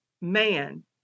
man